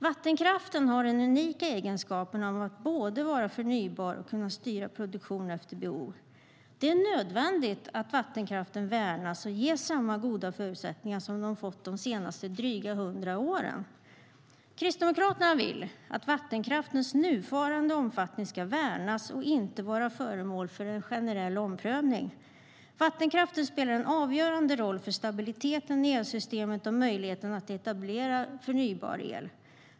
Vattenkraften har den unika egenskapen att både vara förnybar och kunna styra produktion efter behov. Det är nödvändigt att vattenkraften värnas och ges samma goda förutsättningar som den fått de senaste drygt hundra åren. Kristdemokraterna vill att vattenkraftens nuvarande omfattning ska värnas och inte vara föremål för en generell omprövning. Vattenkraften spelar en avgörande roll för stabiliteten i elsystemet och möjligheten att etablera förnybar el.